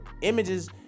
images